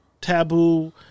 Taboo